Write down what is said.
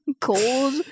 cold